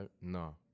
No